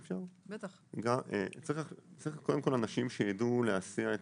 קודם כול, צריך אנשים שידעו להסיע את